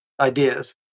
ideas